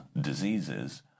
diseases